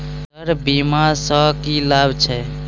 Sir बीमा सँ की लाभ छैय?